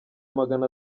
magana